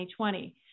2020